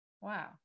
Wow